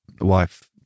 wife